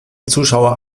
zuschauer